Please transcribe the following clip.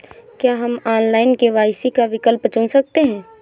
क्या हम online KYC का विकल्प चुन सकते हैं?